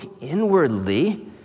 inwardly